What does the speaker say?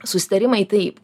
susitarimai taip